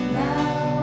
now